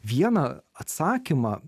vieną atsakymą